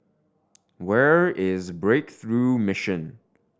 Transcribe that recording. where is Breakthrough Mission